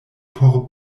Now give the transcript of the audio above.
por